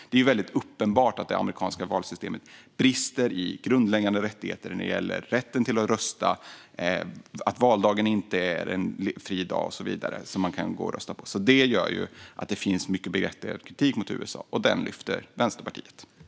Det är väldigt uppenbart att det amerikanska valsystemet brister i fråga om grundläggande rättigheter när det gäller rätten att rösta, att valdagen inte är fri dag så att man kan gå och rösta och så vidare. Detta gör att det finns mycket berättigad kritik mot USA. Denna kritik lyfter Vänsterpartiet fram.